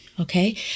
Okay